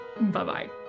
Bye-bye